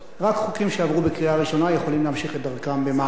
רק חוקים שעברו בקריאה ראשונה יכולים להמשיך את דרכם במעלה החקיקה.